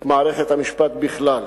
את מערכת המשפט בכלל.